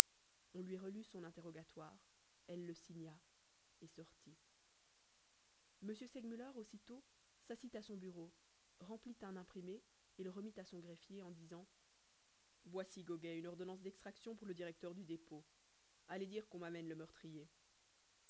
on lui relut son interrogatoire elle le signa et sortit m segmuller aussitôt s'assit à son bureau remplit un imprimé et le remit à son greffier en disant voici goguet une ordonnance d'extraction pour le directeur du dépôt allez dire qu'on m'amène le meurtrier